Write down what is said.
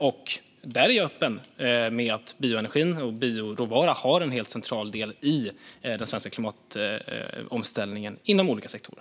Jag är öppen med att bioenergi och bioråvara är en helt central del i den svenska klimatomställningen inom olika sektorer.